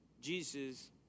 Jesus